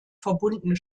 verbundene